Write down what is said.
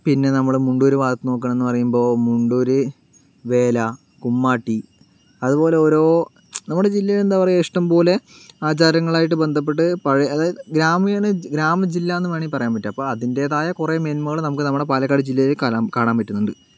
പിന്നെ നമ്മുടെ മുണ്ടൂര് ഭാഗത്ത് നോക്കുക എന്ന് പറയുമ്പോൾ മുണ്ടൂര് വേല കുമ്മാട്ടി അതുപോലെ ഓരോ നമ്മുടെ ജില്ലയില് എന്താ പറയുക ഇഷ്ടംപോലെ ആചാരങ്ങളായിട്ട് ബന്ധപ്പെട്ട് പഴയ അതായത് ഗ്രാമീണ ഗ്രാമ ജില്ലാന്ന് വേണമെങ്കി പറയാൻ പറ്റും അപ്പോൾ അതിൻറ്റേതായ കുറേ മേന്മകൾ നമുക്ക് നമ്മുടെ പാലക്കാട് ജില്ലയില് കാലാ കാണാൻ പറ്റുന്നുണ്ട്